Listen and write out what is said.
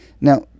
Now